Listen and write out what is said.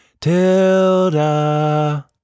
Tilda